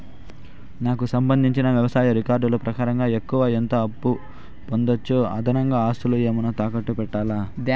నాకు సంబంధించిన వ్యవసాయ రికార్డులు ప్రకారం ఎక్కువగా ఎంత అప్పు పొందొచ్చు, అదనంగా ఆస్తులు ఏమన్నా తాకట్టు పెట్టాలా?